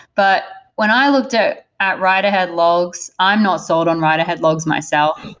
but when i looked at at write ahead logs, i'm not sold on write ahead logs myself.